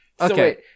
okay